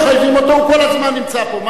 הוא כל הזמן נמצא פה, מה אני יכול לעשות?